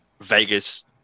Vegas